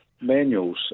manuals